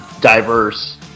diverse